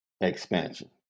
expansion